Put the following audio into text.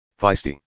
feisty